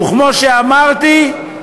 וכמו שאמרתי,